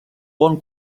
bon